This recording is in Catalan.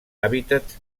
hàbitats